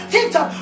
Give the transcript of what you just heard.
Tita